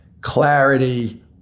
clarity